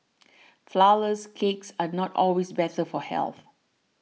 Flourless Cakes are not always better for health